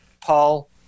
Paul